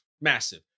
massive